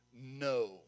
no